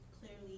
clearly